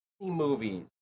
movies